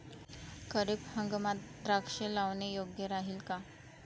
खरीप हंगामात द्राक्षे लावणे योग्य राहिल का?